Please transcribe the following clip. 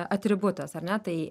atributas ar ne tai